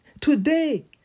Today